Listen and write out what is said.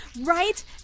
right